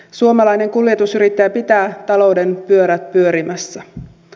suomalainen kuljetusyrittäjä pitää talouden pyörät pyörimässä